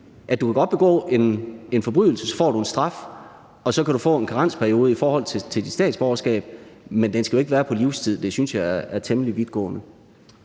Du kan godt begå en forbrydelse, og så får du en straf, og så kan du få en karensperiode i forhold til statsborgerskab, men den skal jo ikke være på livstid. Det synes jeg er temmelig vidtgående.